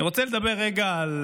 אני רוצה לדבר רגע על